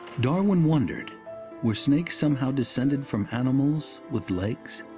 darwin wondered were snakes somehow descended from animals with legs?